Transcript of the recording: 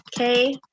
Okay